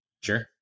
Sure